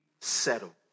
settled